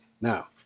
Now